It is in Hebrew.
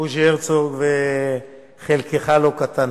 בוז'י הרצוג, וחלקך לא קטן.